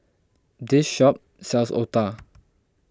this shop sells Otah